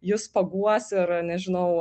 jus paguos ir nežinau